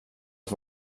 att